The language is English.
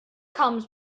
comes